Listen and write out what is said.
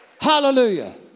Hallelujah